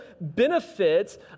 benefits